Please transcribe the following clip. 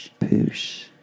Poosh